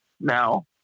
now